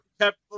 kept